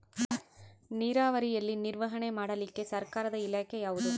ನೇರಾವರಿಯಲ್ಲಿ ನಿರ್ವಹಣೆ ಮಾಡಲಿಕ್ಕೆ ಸರ್ಕಾರದ ಇಲಾಖೆ ಯಾವುದು?